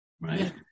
right